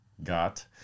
got